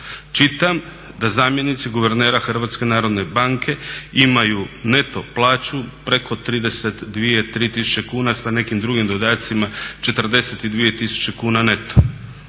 Čitam da zamjenici guvernera HNB-a imaju neto plaću preko 32, 33 tisuće kuna sa nekim drugim dodacima, 42 tisuće kuna neto.